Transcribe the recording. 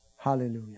Hallelujah